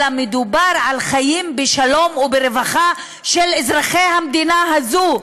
אלא מדובר על חיים בשלום וברווחה של אזרחי המדינה הזו.